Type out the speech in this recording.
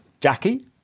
Jackie